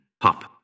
Pop